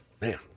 Man